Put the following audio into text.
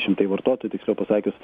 šimtai vartotojų tiksliau pasakius